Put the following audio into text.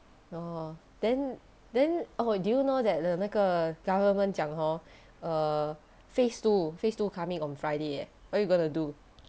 orh then then oh do you know that the 那个 government 讲 hor err phase two phase two coming on friday eh what you going to do